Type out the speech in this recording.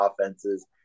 offenses